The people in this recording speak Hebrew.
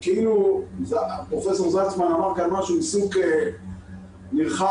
פרופ' זלצמן אמר כאן עיסוק נרחב.